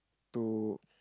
to